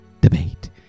debate